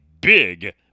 Big